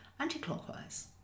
anticlockwise